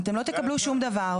'אתם לא תקבלו שום דבר',